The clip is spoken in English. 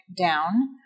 down